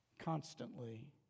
Constantly